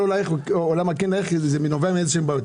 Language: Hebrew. זה נובע מבעיות.